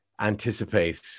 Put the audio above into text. anticipate